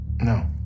No